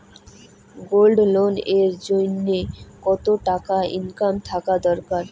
Gold loan এর জইন্যে কতো টাকা ইনকাম থাকা দরকার?